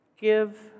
Give